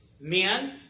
Men